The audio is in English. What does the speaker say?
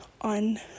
on